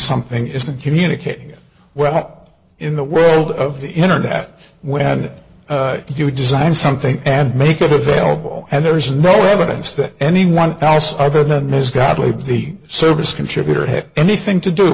something isn't communicating well in the world of the internet when you design something and make it available and there is no evidence that anyone else other than ms gottlieb the service contributor had anything to do